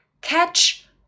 catch